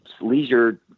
leisure